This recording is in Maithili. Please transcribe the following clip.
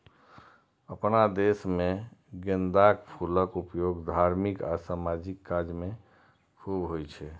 अपना देश मे गेंदाक फूलक उपयोग धार्मिक आ सामाजिक काज मे खूब होइ छै